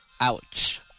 Ouch